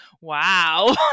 Wow